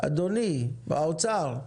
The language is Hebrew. אדוני מהאוצר?